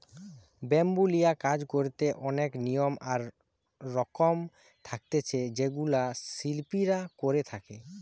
bamboo লিয়া কাজ করিতে অনেক নিয়ম আর রকম থাকতিছে যেগুলা শিল্পীরা করে থাকে